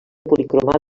policromada